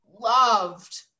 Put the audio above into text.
loved